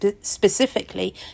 specifically